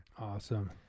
Awesome